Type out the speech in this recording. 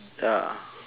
ya